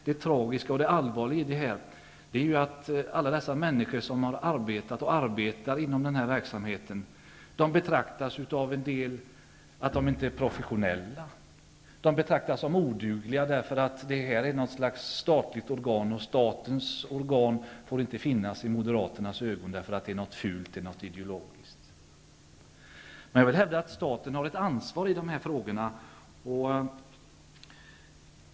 Det allvarliga är att dessa människor som har arbetat och arbetar inom denna verksamhet av en del betraktas som oprofessionella. De betraktas som odugliga därför att de arbetar inom ett statligt organ, och statens organ får inte finnas. I Moderaternas ögon är de någonting fult, om man ser det ideologiskt. Jag vill hävda att staten har ett ansvar i dessa frågor.